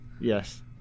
Yes